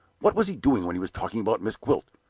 what was he doing when he was talking about miss gwilt?